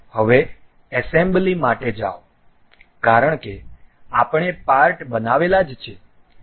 હવે એસેમ્બલી માટે જાઓ કારણ કે આપણે પાર્ટ બનાવેલા જ છે